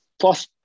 plus